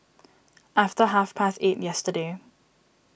after half past eight yesterday